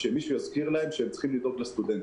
שמישהו יזכיר להם שהם צריכים לדאוג לסטודנטים.